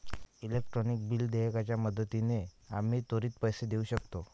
electronic bill देयकाच्या मदतीने आम्ही त्वरित पैसे देऊ शकतो